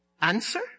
Answer